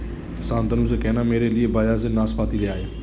शांतनु से कहना मेरे लिए बाजार से नाशपाती ले आए